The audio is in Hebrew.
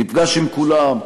הוא נפגש עם כולם,